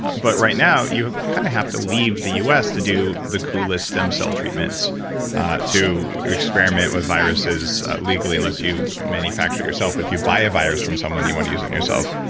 but right now, you kind of have to leave the us to do the coolest stem cell treatments to experiment with viruses legally unless you manufacture it yourself but if you buy a virus from someone, you want to use it on yourself.